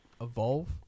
evolve